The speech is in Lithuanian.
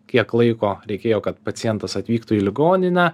kiek laiko reikėjo kad pacientas atvyktų į ligoninę